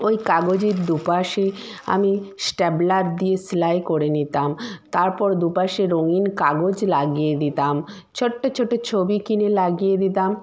ওই কাগজের দুপাশে আমি স্টেপলার দিয়ে সেলাই করে নিতাম তারপর দুপাশে রঙিন কাগজ লাগিয়ে দিতাম ছোট্ট ছোটো ছবি কিনে লাগিয়ে দিতাম